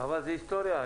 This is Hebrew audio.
אבל זו היסטוריה.